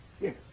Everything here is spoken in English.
Yes